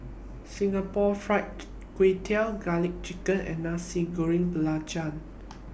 Singapore Fried Kway Tiao Garlic Chicken and Nasi Goreng Belacan